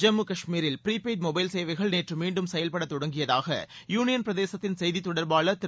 ஜம்மு காஷ்மீரில் prepaid mobile சேவைகள் நேற்று மீண்டும் செயல்பட தொடங்கியதாக யூனியன் பிரதேசத்தின் செய்தித் தொடர்பாளர் திரு